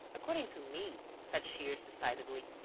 according to me, said shears, decidedly,